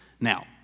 Now